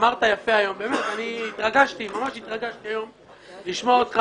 אמרת יפה היום - באמת ממש התרגשתי לשמוע אותך